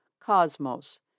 Cosmos